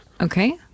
Okay